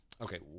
okay